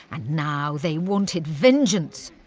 and now they wanted vengeance.